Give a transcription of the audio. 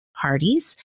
parties